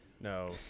No